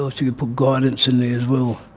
but you could put guidance in there as well.